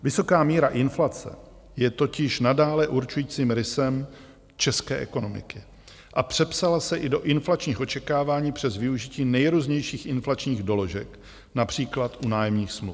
Vysoká míra inflace je totiž nadále určujícím rysem české ekonomiky a přepsala se i do inflačních očekávání přes využití nejrůznějších inflačních doložek, například u nájemních smluv.